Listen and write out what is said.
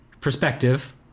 perspective